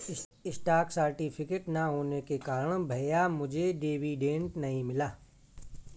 stock certificate ना होने के कारण भैया मुझे डिविडेंड नहीं मिला